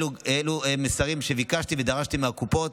אלו מסרים שביקשתי ודרשתי מהקופות.